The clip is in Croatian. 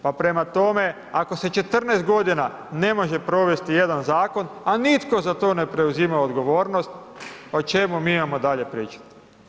Prema tome, ako se 14 g. ne može provesti jedan zakon, a nitko za to ne preuzima odgovornost, pa o čemu mi imamo dalje pričati.